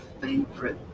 favorite